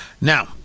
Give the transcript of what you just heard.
now